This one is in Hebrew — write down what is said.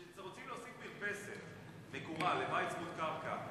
כשרוצים להוסיף מרפסת מקורה לבית צמוד-קרקע,